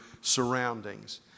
surroundings